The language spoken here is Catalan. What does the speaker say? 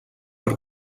per